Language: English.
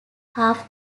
half